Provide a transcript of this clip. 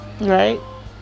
Right